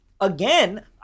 again